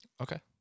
Okay